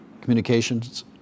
communications